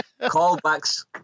callbacks